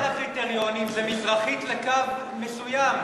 אחד הקריטריונים זה מזרחית לקו מסוים,